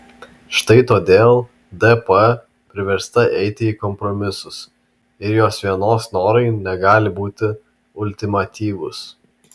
štai todėl dp priversta eiti į kompromisus ir jos vienos norai negali būti ultimatyvūs